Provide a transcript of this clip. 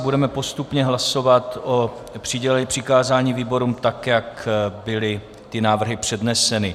Budeme postupně hlasovat o přikázání výborům tak, jak byly ty návrhy předneseny.